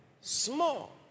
small